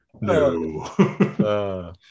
No